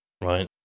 right